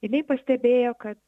jinai pastebėjo kad